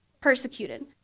persecuted